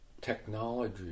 technology